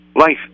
Life